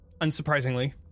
unsurprisingly